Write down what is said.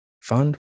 fund